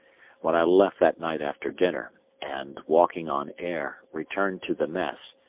when i left that night after dinner, and, walking on air, returned to the mess,